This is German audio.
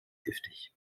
giftig